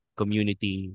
community